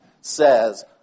says